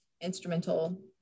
instrumental